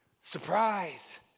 surprise